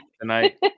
tonight